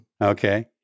Okay